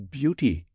beauty